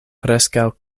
preskaŭ